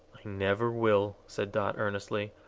i never will, said dot, earnestly,